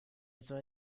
soll